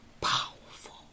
powerful